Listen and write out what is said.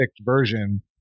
version